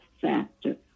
faster